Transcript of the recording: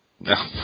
No